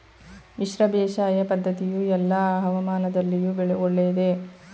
ಮಿಶ್ರ ಬೇಸಾಯ ಪದ್ದತಿಯು ಎಲ್ಲಾ ಹವಾಮಾನದಲ್ಲಿಯೂ ಒಳ್ಳೆಯದೇ?